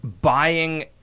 buying